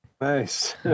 Nice